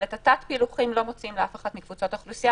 אבל את תת-הפילוחים לא מוציאים לאף אחד מקבוצות האוכלוסייה,